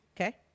okay